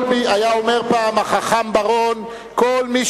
היה אומר פעם, החכם בר-און, כל מי